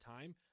time